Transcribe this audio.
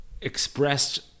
expressed